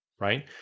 right